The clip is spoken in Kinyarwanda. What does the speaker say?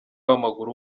w’amaguru